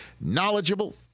knowledgeable